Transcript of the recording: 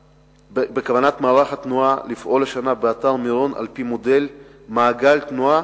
בכוונת מערך התנועה לפעול השנה באתר מירון על-פי מודל "מעגל תנועה",